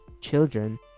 children